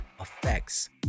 effects